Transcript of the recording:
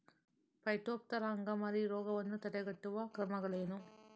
Phytophthora ಅಂಗಮಾರಿ ರೋಗವನ್ನು ತಡೆಗಟ್ಟುವ ಕ್ರಮಗಳೇನು?